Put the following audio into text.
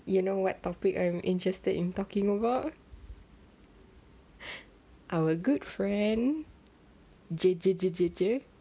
you know what topic I'm interested in talking about our good friend J J J J J